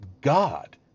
God